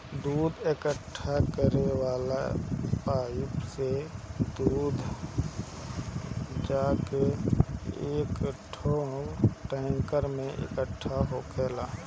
दूध इकट्ठा करे वाला पाइप से दूध जाके एकठो टैंकर में इकट्ठा होखेला